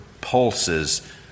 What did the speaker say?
pulses